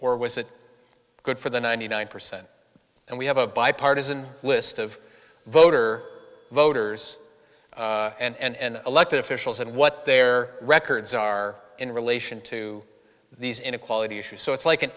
or was it good for the ninety nine percent and we have a bipartisan list of voter voters and elected officials and what their records are in relation to these inequality issues so it's like an